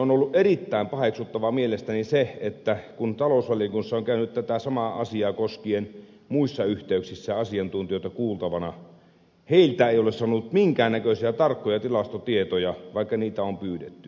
on ollut erittäin paheksuttavaa mielestäni se että kun talousvaliokunnassa on käynyt tätä samaa asiaa koskien muissa yhteyksissä asiantuntijoita kuultavana heiltä ei ole saanut minkäännäköisiä tarkkoja tilastotietoja vaikka niitä on pyydetty